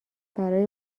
برای